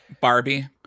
barbie